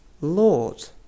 Lord